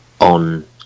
on